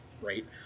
great